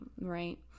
right